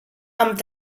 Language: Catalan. amb